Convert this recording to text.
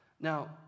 Now